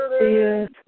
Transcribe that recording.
Yes